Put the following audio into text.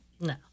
No